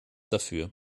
dafür